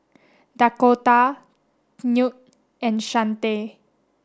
Dakotah Knute and Shante